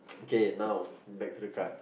okay now back to the card